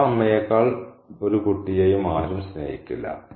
സ്വന്തം അമ്മയേക്കാൾ ഒരു കുട്ടിയെയും ആരും സ്നേഹിക്കില്ല